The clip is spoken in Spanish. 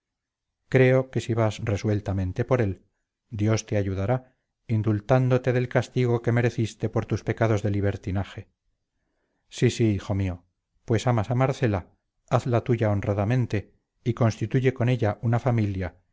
creo que si vas resueltamente por él dios te ayudará indultándote del castigo que mereciste por tus pecados de libertinaje sí sí hijo mío pues amas a marcela hazla tuya honradamente y constituye con ella una familia